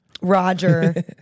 Roger